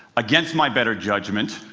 against my better judgment,